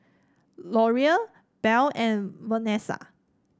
Laureen Bell and Vanesa